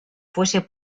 fuese